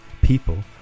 People